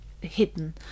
hidden